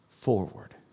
forward